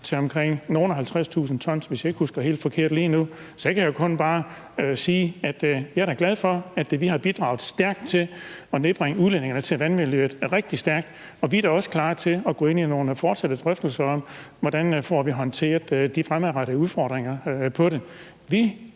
til nogle og halvtreds tusind ton, hvis jeg ikke husker helt forkert lige nu. Så jeg kan jo kun sige, at jeg da er glad for, at vi har bidraget rigtig stærkt til at nedbringe udledningerne til vandmiljøet, og vi er også klar til at gå ind i nogle fortsatte drøftelser om, hvordan vi får håndteret de fremadrettede udfordringer med det.